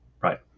Right